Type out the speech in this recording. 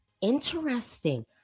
interesting